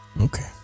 Okay